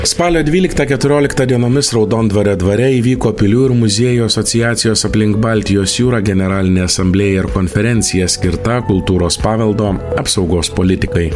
spalio dvyliktą keturioliktą dienomis raudondvario dvare įvyko pilių ir muziejų asociacijos aplink baltijos jūrą generalinė asamblėja ir konferencija skirta kultūros paveldo apsaugos politikai